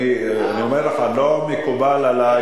אני אומר לך: לא מקובל עלי,